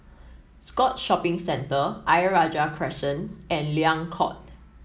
Scotts Shopping Centre Ayer Rajah Crescent and Liang Court